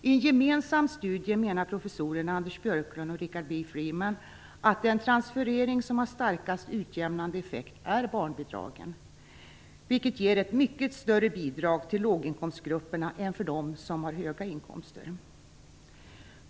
I en gemensam studie menar professorerna Anders Björklund och Richard B Freeman att den transferering som har starkast utjämnande effekt är barnbidragen, vilket ger ett mycket större bidrag till låginkomstgrupperna än för dem som har höga inkomster.